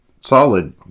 Solid